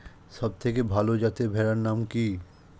সবথেকে ভালো যাতে ভেড়ার নাম কি?